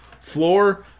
floor